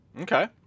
okay